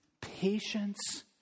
patience